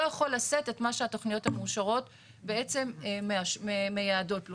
לא יכול לשאת את מה שהתכניות המאושרות בעצם מייעדות לו,